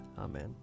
Amen